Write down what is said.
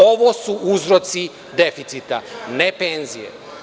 Ovo su uzroci deficita, ne penzije.